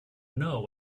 know